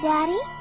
Daddy